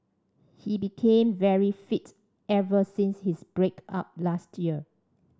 he became very fit ever since his break up last year